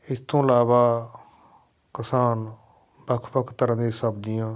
ਇਸ ਤੋਂ ਇਲਾਵਾ ਕਿਸਾਨ ਵੱਖ ਵੱਖ ਤਰ੍ਹਾਂ ਦੀਆਂ ਸਬਜ਼ੀਆਂ